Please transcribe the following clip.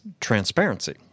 transparency